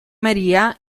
maria